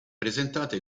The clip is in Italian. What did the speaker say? presentata